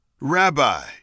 Rabbi